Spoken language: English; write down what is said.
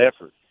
effort